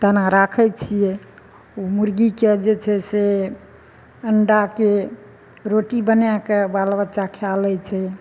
तेना राखैत छियै ओ मुर्गीके जे छै से अण्डाके रोटी बनाए कऽ बाल बच्चा खाए लै छै